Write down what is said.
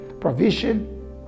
provision